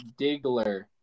Diggler